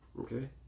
Okay